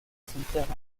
cimetière